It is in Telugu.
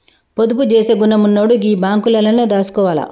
పొదుపు జేసే గుణమున్నోడు గీ బాంకులల్లనే దాసుకోవాల